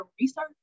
research